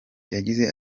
yagize